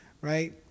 right